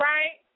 Right